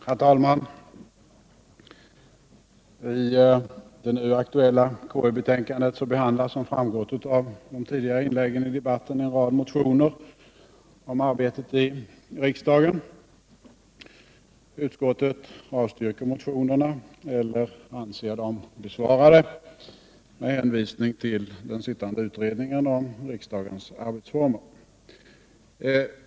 Herr talman! I det nu aktuella KU-betänkandet behandlas, som framgått av de tidigare inläggen i debatten, en rad motioner om arbetet i riksdagen. Utskottet avstyrker motionerna eller anser dem besvarade med hänvisning till den sittande utredningen om riksdagens arbetsformer.